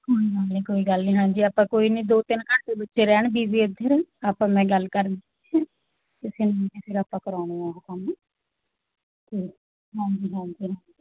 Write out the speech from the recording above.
ਕੋਈ ਗੱਲ ਨਹੀਂ ਕੋਈ ਗੱਲ ਨਹੀਂ ਹਾਂਜੀ ਆਪਾਂ ਕੋਈ ਨਹੀਂ ਦੋ ਤਿੰਨ ਘੰਟੇ ਬੱਚੇ ਰਹਿਣ ਬੀਜ਼ੀ ਇੱਧਰ ਆਪਾਂ ਮੈਂ ਗੱਲ ਕਰ ਫਿਰ ਆਪਾਂ ਕਰਾਉਂਦੇ ਹਾਂ ਉਹ ਕੰਮ ਠੀਕ ਹਾਂਜੀ ਹਾਂਜੀ